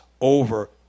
over